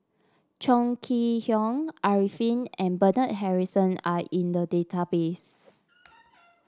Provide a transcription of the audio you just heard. Chong Kee Hiong Arifin and Bernard Harrison are in the database